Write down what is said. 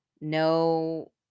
no